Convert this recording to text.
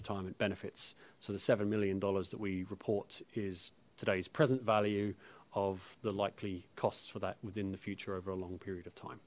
retirement benefits so the seven million dollars that we report is today's present value of the likely costs for that within the future over a long period of time